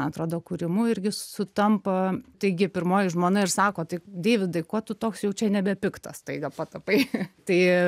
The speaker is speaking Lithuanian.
man atrodo kūrimu irgi sutampa taigi pirmoji žmona ir sako tai deividai kuo tu toks jau čia nebepiktas staiga patapai tai